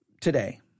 today